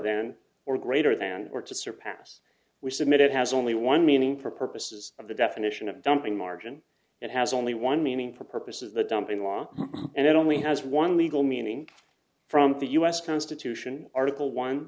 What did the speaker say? than or greater than or to surpass we submit it has only one meaning for purposes of the definition of dumping margin and has only one meaning for purpose of the dumping law and it only has one legal meaning from the us constitution article one